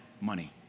money